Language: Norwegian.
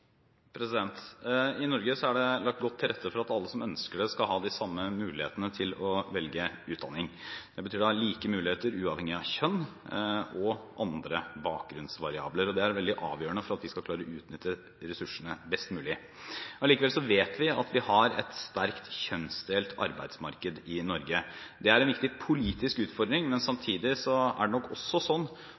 I Norge er det lagt godt til rette for at alle som ønsker det, skal ha de samme mulighetene til å velge utdanning. Det betyr like muligheter, uavhengig av kjønn og andre bakgrunnsvariabler. Det er veldig avgjørende for at vi skal klare å utnytte ressursene best mulig. Allikevel vet vi at vi har et sterkt kjønnsdelt arbeidsmarked i Norge. Det er en viktig politisk utfordring. Samtidig er det nok også